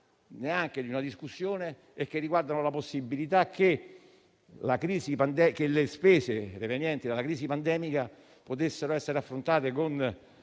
neanche di una discussione e che riguardavano la possibilità che le spese derivanti dalla crisi pandemica potessero essere affrontate con